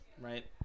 right